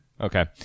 Okay